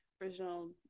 original